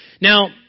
Now